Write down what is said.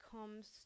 comes